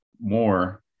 more